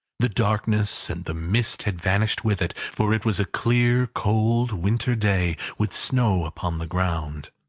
the darkness and the mist had vanished with it, for it was a clear, cold, winter day, with snow upon the ground.